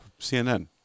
CNN